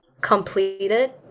completed